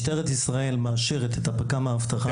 משטרת ישראל מאשרת את האבטחה.